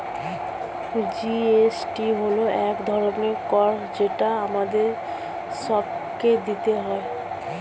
GST হল এক ধরনের কর যেটা আমাদের সবাইকে দিতে হয়